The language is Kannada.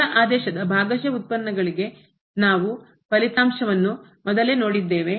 ಮೊದಲ ಆದೇಶದ ಭಾಗಶಃ ಉತ್ಪನ್ನಗಳಿಗೆ ನಾವು ಫಲಿತಾಂಶವನ್ನು ಮೊದಲೇ ನೋಡಿದ್ದೇವೆ